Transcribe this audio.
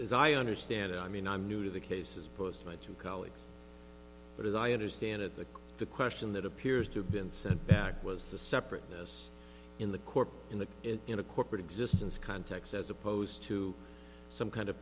as i understand it i mean i'm new to the case as post my two colleagues but as i understand it the the question that appears to have been sent back was the separateness in the corp in the in a corporate existence context as opposed to some kind of